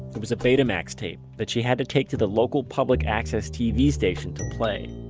it was a betamax tape that she had to take to the local public access tv station to play.